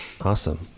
Awesome